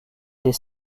des